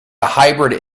hybrid